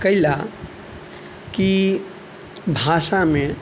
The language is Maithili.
कै लए कि भाषामे